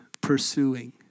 pursuing